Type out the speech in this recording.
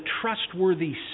trustworthy